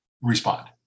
respond